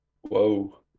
Whoa